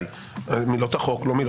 מילות החוק, לא מילותיי.